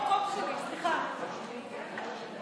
את פופוליסטית שמדברת מפוזיציה.